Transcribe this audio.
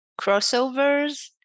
crossovers